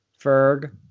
Ferg